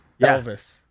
Elvis